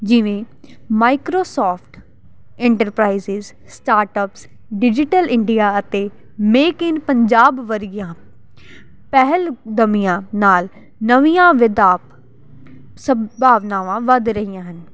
ਜਿਵੇਂ Microsoft enterprises startups digital India ਅਤੇ make in Punjab ਵਰਗੀਆਂ ਪਹਿਲ ਕਦਮੀਆਂ ਨਾਲ ਨਵੀਆਂ ਵਿਧਾ ਸੰਭਾਵਨਾਵਾਂ ਵੱਧ ਰਹੀਆਂ ਹਨ